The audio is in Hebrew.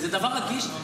וזה דבר רגיש,